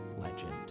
legend